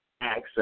access